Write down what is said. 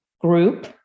group